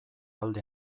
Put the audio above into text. alde